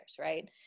right